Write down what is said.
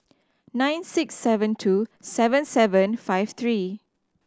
nine six seven two seven seven five three